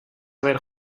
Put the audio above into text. ver